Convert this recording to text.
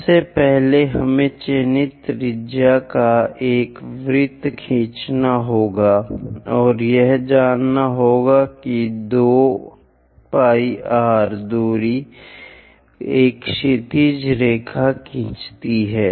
सबसे पहले हमें चयनित त्रिज्या का एक वृत्त खींचना होगा और यह जानना होगा कि 2 πr दूरी एक क्षैतिज रेखा खींचती है